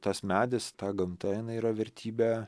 tas medis ta gamta jinai yra vertybė